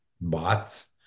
bots